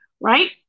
right